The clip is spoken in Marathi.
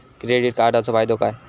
क्रेडिट कार्डाचो फायदो काय?